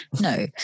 No